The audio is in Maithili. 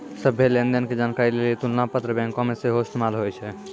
सभ्भे लेन देन के जानकारी लेली तुलना पत्र बैंको मे सेहो इस्तेमाल होय छै